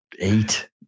eight